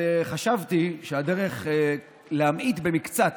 חשבתי שהדרך להמעיט במקצת